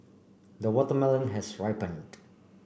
the watermelon has ripened